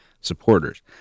supporters